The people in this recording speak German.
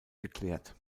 geklärt